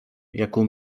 jaką